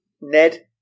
Ned